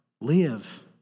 live